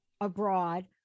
abroad